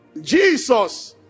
Jesus